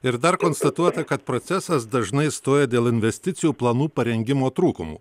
ir dar konstatuota kad procesas dažnai stoja dėl investicijų planų parengimo trūkumų